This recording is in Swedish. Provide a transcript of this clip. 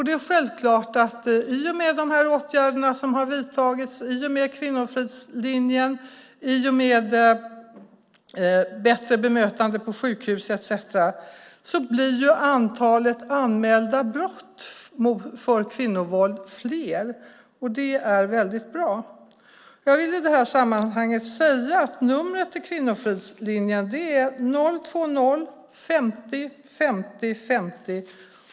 Det är självklart att i och med de åtgärder som har vidtagits, i och med kvinnofridslinjen, i och med bättre bemötande på sjukhus etcetera blir antalet anmälda brott fler vad gäller kvinnovåld. Det är väldigt bra. Jag vill i det här sammanhanget säga att numret till kvinnofridslinjen är 020-50 50 50.